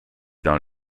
dans